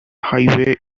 highway